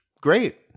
great